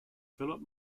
philip